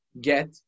get